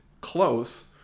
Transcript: close